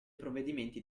provvedimenti